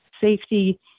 safety